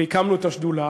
והקמנו את השדולה,